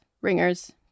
ringers